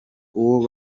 uwo